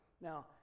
Now